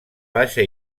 baixa